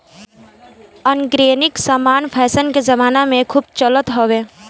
organic समान fashion के जमाना में खूब चलत हवे